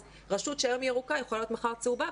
אז רשות שהיום היא ירוקה יכולה להיות מחר צהובה,